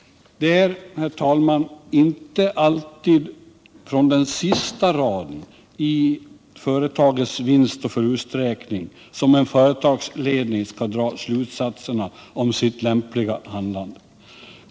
Det är, herr talman, inte alltid från den sista raden i ett företags vinstoch förlusträkning som en företagsledning skall dra slutsatserna om sitt företags lämpliga handlande.